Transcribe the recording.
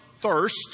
thirst